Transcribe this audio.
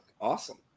awesome